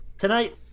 tonight